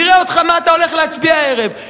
נראה אותך מה אתה הולך להצביע הערב,